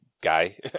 guy